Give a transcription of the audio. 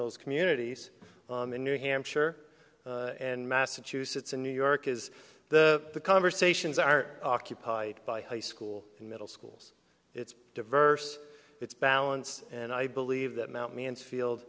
those communities in new hampshire and massachusetts and new york is the conversations are occupied by high school and middle schools it's diverse it's balanced and i believe that mt mansfield